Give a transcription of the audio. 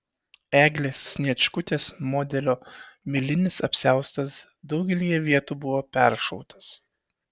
eglės sniečkutės modelio milinis apsiaustas daugelyje vietų buvo peršautas